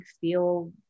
feel